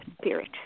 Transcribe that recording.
spirit